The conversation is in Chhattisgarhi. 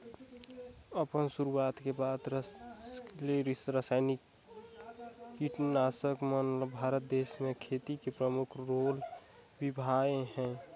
अपन शुरुआत के बाद ले रसायनिक कीटनाशक मन ल भारत देश म खेती में प्रमुख रोल निभाए हे